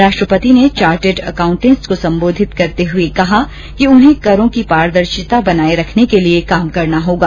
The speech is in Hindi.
राष्ट्रपति ने चार्टर्ड अकाउंटेंट्स को सम्बोधित करते हुए कहा कि उन्हें करों की पारदर्शिता बनाये रखने के लिए काम करना होगा